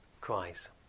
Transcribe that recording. cries